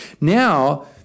Now